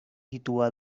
sitúa